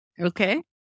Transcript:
Okay